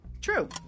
True